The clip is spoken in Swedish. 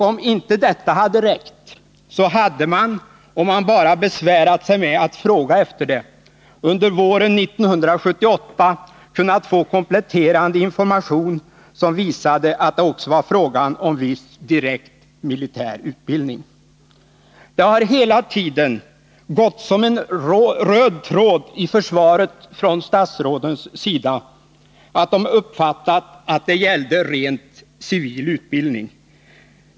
Om detta inte hade gått, hade man, om man bara besvärat sig med att fråga efter det, under våren 1978 kunnat få kompletterande informationer som visade att det också var fråga om viss direkt militär utbildning. Det har hela tiden gått som en röd tråd i försvaret från statsrådens sida att de uppfattat att det gällde ren civil utbildning.